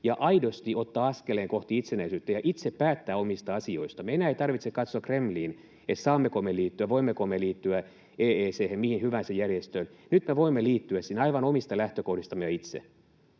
ja aidosti ottaa askeleen kohti itsenäisyyttä ja itse päättää omista asioistamme. Enää ei tarvitse katsoa Kremliin, että saammeko me liittyä ja voimmeko me liittyä EEC:hen tai mihin hyvänsä järjestöön. Nyt me voimme liittyä sinne aivan omista lähtökohdistamme ja itse.